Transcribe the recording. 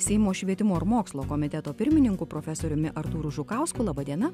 seimo švietimo ir mokslo komiteto pirmininku profesoriumi artūru žukausku laba diena